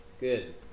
Good